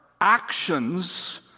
actions